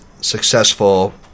successful